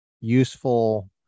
useful